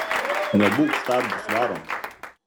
nebūk stabdis varom